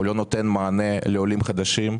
הוא לא נותן מענה לעולים חדשים,